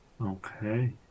okay